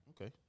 Okay